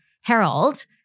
Harold